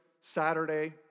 Saturday